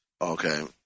Okay